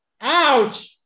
Ouch